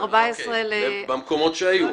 במקומות שהיו.